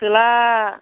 थोला